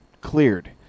cleared